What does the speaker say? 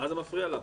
מה זה מפריע לך?